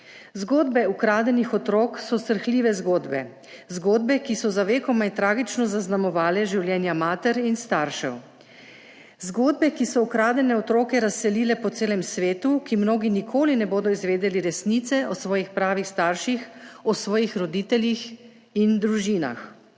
Zgodbe ukradenih otrok so srhljive zgodbe. Zgodbe, ki so za vekomaj tragično zaznamovale življenja mater in staršev, zgodbe, ki so ukradene otroke razselile po celem svetu, mnogi nikoli ne bodo izvedeli resnice o svojih pravih starših, o svojih roditeljih in družinah.